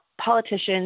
politicians